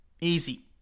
Easy